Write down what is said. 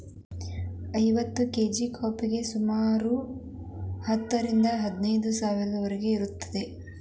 ಐವತ್ತು ಕೇಜಿ ಕಾಫಿಗೆ ಸುಮಾರು ಹತ್ತು ಸಾವಿರದಿಂದ ಹದಿನೈದು ಸಾವಿರದವರಿಗೂ ಇರುತ್ತದೆ